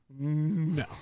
No